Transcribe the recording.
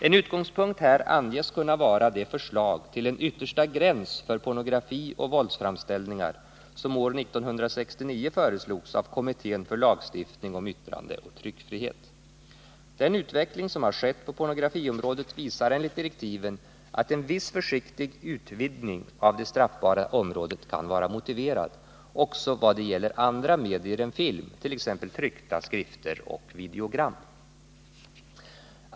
En utgångspunkt här anges kunna vara det förslag till en yttersta gräns för pornografi och våldsframställningar som år 1969 föreslogs av kommittén för lagstiftning om yttrandeoch tryckfrihet. Den utveckling som har skett på pornografiområdet visar enligt direktiven att en viss försiktig utvidgning av det straffbara området kan vara motiverad, också vad det gäller andra medier än film, t.ex. tryckta skrifter och videogram.